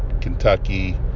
Kentucky